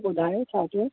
ॿुधायो छा थियो